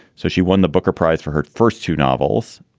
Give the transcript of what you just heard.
so she won the booker prize for her first two novels,